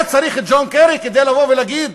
היה צריך את ג'ון קרי כדי לבוא ולהגיד